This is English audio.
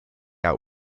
out